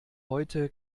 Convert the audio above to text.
heute